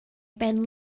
ben